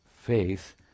faith